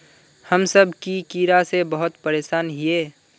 हम सब की कीड़ा से बहुत परेशान हिये?